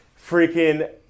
freaking